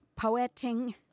poeting